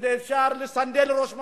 וכשאפשר לסנדל ראש ממשלה,